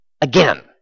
again